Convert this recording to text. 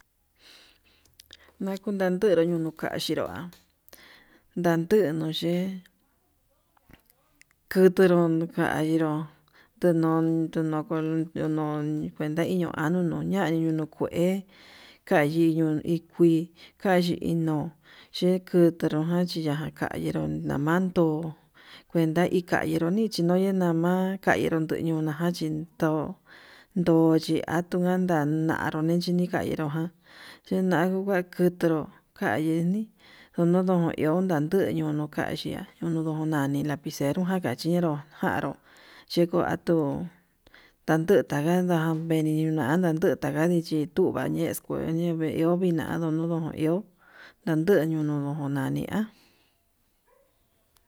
Nakunandunru nuu kaxhinrua ndantii nuye'e kutunru kainró tenon ko'o tenon kuenta iño año no'o ña'a eñunu kue, kayinio iin kui kayi ino'o chekunru jan chiya'a kayinro nmandu kuenta hi kainro nichi noye nama kainro chi ñuna jachi chi to'o ndon chi atua ndanaro nichi ni kainró jan chinakui na kutu, kayeni ndono ndo iho ndandeni onokaya yundu no'o nani picero jan dachero janru yekuu atuu ndandu taka ndenii niunda natuu taka ndichi nitu nachexkue ñañe vee vinado nudo yanduu kunani nani há.